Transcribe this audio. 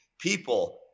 people